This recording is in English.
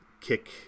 kick